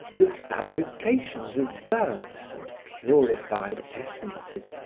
the fabrications of verbs and purified essences,